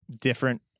different